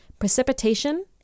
precipitation